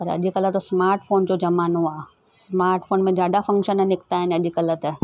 पर अॼुकल्हि त समाट फोन जो जमानो आहे स्माट फोन में ॾाढा फंक्शन निकिता आहिनि अॼुकल्हि त